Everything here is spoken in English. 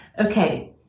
Okay